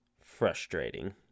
frustrating